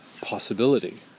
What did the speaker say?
possibility